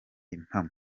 impamo